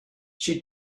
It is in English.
she